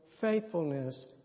faithfulness